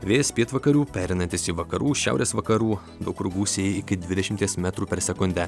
vėjas pietvakarių pereinantis į vakarų šiaurės vakarų daug kur gūsiai iki dvidešimties metrų per sekundę